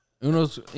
Uno's